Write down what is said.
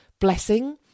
blessing